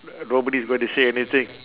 no~ nobody is going to say anything